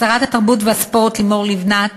שרת התרבות והספורט לימור לבנת